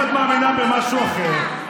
אם את מאמינה במשהו אחר,